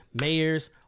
mayors